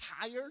tired